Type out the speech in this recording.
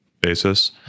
basis